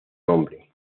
nombre